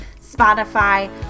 Spotify